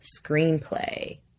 Screenplay